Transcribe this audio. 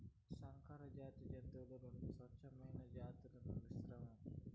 సంకరజాతి జంతువులు రెండు స్వచ్ఛమైన జాతుల మిశ్రమం